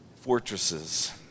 fortresses